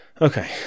Okay